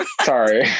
Sorry